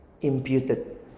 imputed